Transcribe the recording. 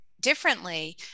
Differently